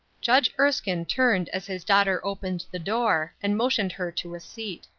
judge erskine turned as his daughter opened the door, and motioned her to a seat.